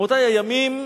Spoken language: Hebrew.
רבותי, הימים